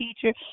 teacher